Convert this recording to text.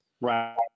Right